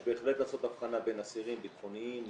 יש בהחלט לעשות הבחנה בין אסירים בטחוניים,